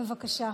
בבקשה.